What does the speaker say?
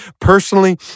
personally